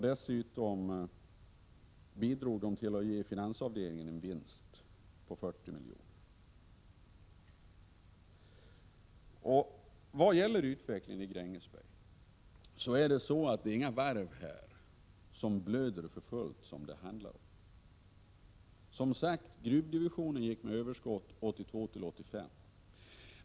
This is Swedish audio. Dessutom bidrog de till att ge finansavdelningen en vinst på 40 milj.kr. I Grängesberg handlar det inte om några varv som blöder. Gruvdivisionen gick som sagt med ett överskott åren 1982—1985.